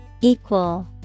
Equal